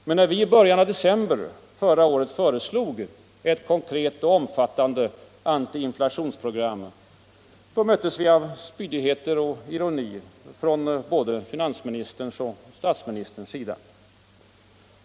Men när vi i början av december förra året föreslog ett konkret och omfattande anti-inflationsprogram möttes vi av spydigheter och ironi från både finansministerns och statsministerns sida.